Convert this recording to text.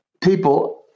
people